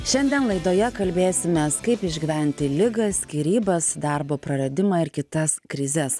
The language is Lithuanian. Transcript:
šiandien laidoje kalbėsimės kaip išgyventi ligą skyrybas darbo praradimą ir kitas krizes